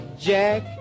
Jack